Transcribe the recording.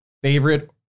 Favorite